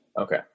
Okay